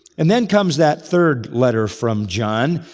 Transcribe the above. and then comes that third letter from john,